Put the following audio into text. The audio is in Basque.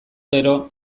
gero